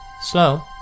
slow